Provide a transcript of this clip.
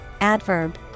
adverb